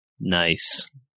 Nice